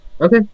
Okay